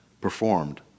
performed